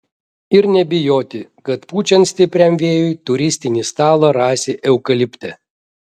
ir nebijoti kad pučiant stipriam vėjui turistinį stalą rasi eukalipte